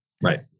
right